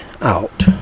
out